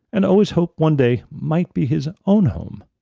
and always hoped one day, might be his own home.